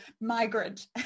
migrant